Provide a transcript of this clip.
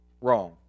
wrong